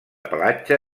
pelatge